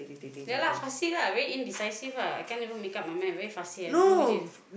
ya lah fussy lah very indecisive ah I can't even make up my mind very fussy I don't know which is